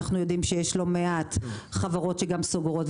אנחנו יודעים שיש לא מעט חברות שגם סוגרות.